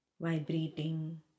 vibrating